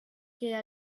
que